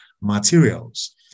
materials